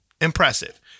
impressive